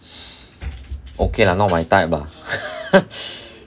okay lah not my type lah